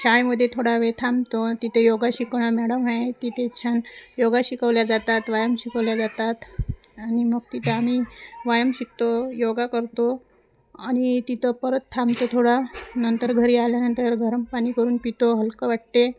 शाळेमध्ये थोडा वेळ थांबतो तिथे योगा शिकवण्या मॅडम आहे तिथे छान योगा शिकवल्या जातात व्यायाम शिकवल्या जातात आणि मग तिथं आम्ही व्यायाम शिकतो योगा करतो आणि तिथं परत थांबतो थोडा नंतर घरी आल्यानंतर गरम पाणी करून पितो हलकं वाटते